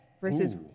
versus